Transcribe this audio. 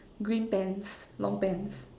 green pants long pants